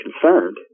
concerned